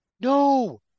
No